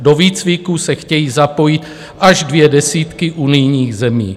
Do výcviku se chtějí zapojit až dvě desítky unijních zemí.